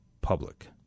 public